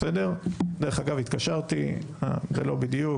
דרך אגב התקשרתי וזה לא בדיוק,